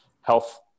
health